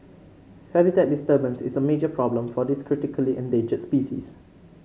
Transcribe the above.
habitat disturbance is a major problem for this critically endangered species